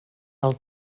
del